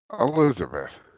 Elizabeth